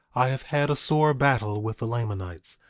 i have had a sore battle with the lamanites,